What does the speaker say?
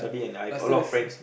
but still